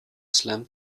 slam